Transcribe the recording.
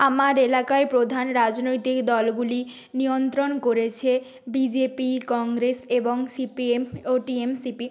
আমার এলাকায় প্রধান রাজনৈতিক দলগুলি নিয়ন্ত্রণ করেছে বিজেপি কংগ্রেস এবং সিপিএম ও টিএমসিপি